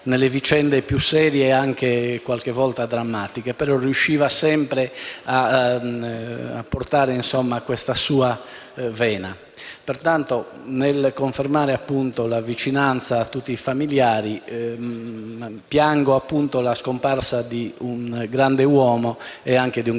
nelle vicende più serie e qualche volta drammatiche; riusciva sempre a portare con sé questa vena ironica. Pertanto, nel confermare la vicinanza a tutti i familiari, piango la scomparsa di un grande uomo e anche di un